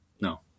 no